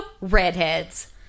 redheads